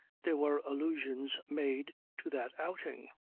there were allusions made to that outing.